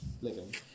living